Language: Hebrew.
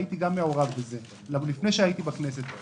הייתי מעורב גם בזה לפני שהייתי בכנסת.